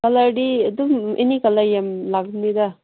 ꯀꯂꯔꯗꯤ ꯑꯗꯨꯝ ꯑꯦꯅꯤ ꯀꯂꯔ ꯌꯥꯝ ꯂꯥꯛꯄꯅꯤꯗ